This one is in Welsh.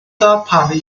darparu